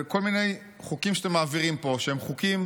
בין כל מיני חוקים שאתם מעבירים פה שהם חוקים